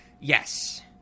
Yes